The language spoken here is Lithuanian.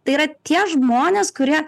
tai yra tie žmonės kurie